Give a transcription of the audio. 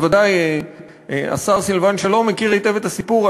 בוודאי השר סילבן שלום מכיר היטב את הסיפור,